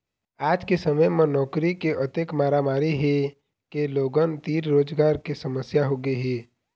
आज के समे म नउकरी के अतेक मारामारी हे के लोगन तीर रोजगार के समस्या होगे हे